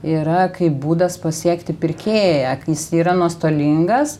yra kaip būdas pasiekti pirkėją kai jis yra nuostolingas